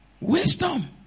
Wisdom